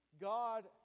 God